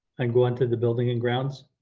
and go on to the building and grounds.